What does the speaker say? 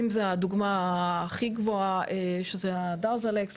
אם זו הדוגמה הכי גבוהה שזה הדרזלקס,